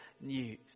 news